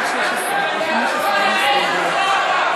זה לא עבר.